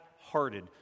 hearted